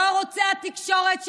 לא ערוצי התקשורת,